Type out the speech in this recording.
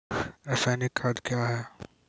रसायनिक खाद कया हैं?